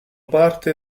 parte